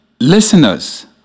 Listeners